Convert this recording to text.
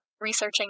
researching